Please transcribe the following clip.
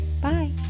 Bye